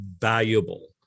valuable